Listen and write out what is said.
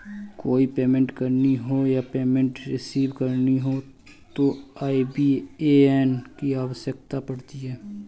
कोई पेमेंट करनी हो या पेमेंट रिसीव करनी हो तो आई.बी.ए.एन की आवश्यकता पड़ती है